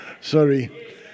Sorry